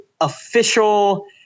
official